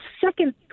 second